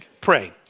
pray